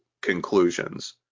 conclusions